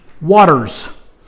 Waters